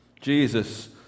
Jesus